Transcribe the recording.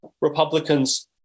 Republicans